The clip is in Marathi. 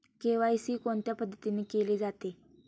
के.वाय.सी कोणत्या पद्धतीने केले जाते?